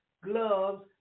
gloves